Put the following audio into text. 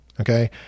okay